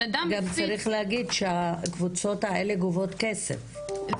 גם צריך להגיד שהקבוצות האלה גובות כסף,